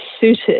suited